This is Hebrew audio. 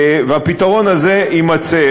והפתרון הזה יימצא.